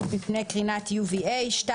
מפני קרינת UVA (UVAPF- UVA Protection Factor);